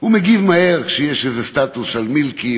הוא מגיב מהר כשיש איזה סטטוס על מילקי,